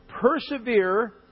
persevere